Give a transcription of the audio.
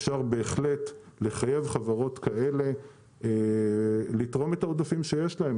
אפשר בהחלט לחייב חברות כאלה לתרום את העודפים שיש להן.